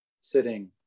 sitting